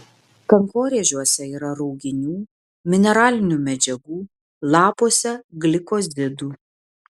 kankorėžiuose yra rauginių mineralinių medžiagų lapuose glikozidų